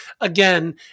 again